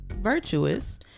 Virtuous